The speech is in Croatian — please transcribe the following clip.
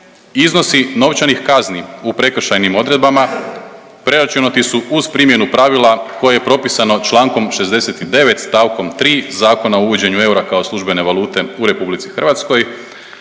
iznosi novčanih kazni u prekršajnim odredbama preračunati su uz primjenu pravila koje je propisano čl. 69. st. 3. Zakona o uvođenju eura kao službene valute u RH na